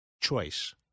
choice